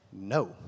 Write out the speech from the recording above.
No